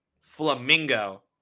Flamingo